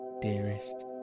dearest